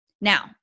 Now